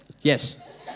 Yes